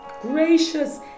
gracious